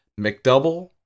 McDouble